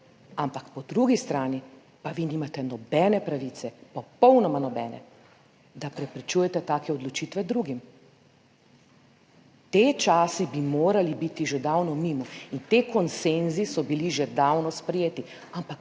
Ampak po drugi strani pa vi nimate nobene pravice, popolnoma nobene, da preprečujete take odločitve drugim. Ti časi bi morali biti že davno mimo in ti konsenzi so bili že davno sprejeti,